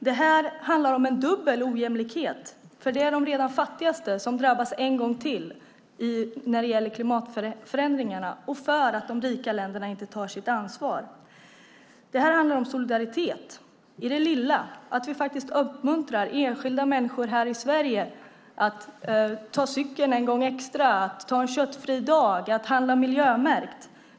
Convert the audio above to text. Det handlar om en dubbel ojämlikhet. Det är de redan fattigaste som drabbas en gång till när det gäller klimatförändringarna och för att de rika länderna inte tar sitt ansvar. Det handlar om solidaritet i det lilla, att vi uppmuntrar enskilda människor här i Sverige att ta cykeln en gång extra, att ta en köttfri dag och att handla miljömärkt.